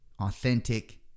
authentic